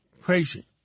Crazy